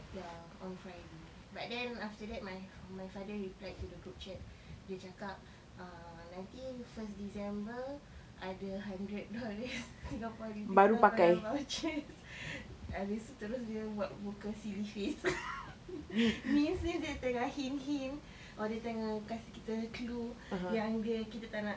ya on friday but then after that my fro~ my father replied to the group chat dia cakap uh nanti first december ada hundred dollars singapore rediscover vouchers habis terus dia buat muka silly face means dia tengah hint hint dia tengah kasih kita clue yang dia kita tak nak